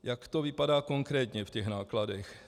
Jak to vypadá konkrétně v těch nákladech?